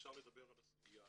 אפשר לדבר על הסוגיה.